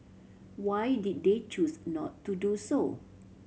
why did they choose not to do so